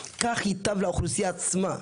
כך ייטב לאוכלוסייה עצמה.